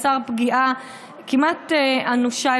יצר פגיעה כמעט אנושה,